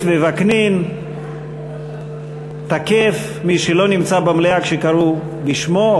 ווקנין תקף: מי שלא נמצא במליאה כשקראו בשמו,